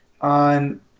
on